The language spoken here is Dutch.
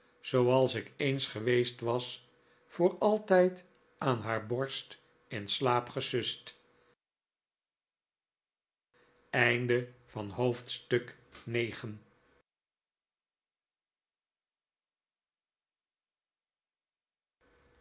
zooals ik eens geweest was voor altijd aan haar borst in slaap gesust hoofdstuk